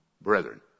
brethren